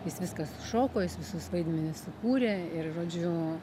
jis viską sušoko jis visus vaidmenis sukūrė ir žodžiu